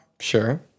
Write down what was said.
Sure